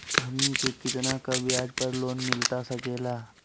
हमनी के कितना का ब्याज पर लोन मिलता सकेला?